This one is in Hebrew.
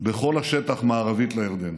בכל השטח ממערב לירדן.